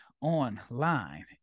Online